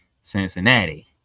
Cincinnati